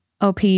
OP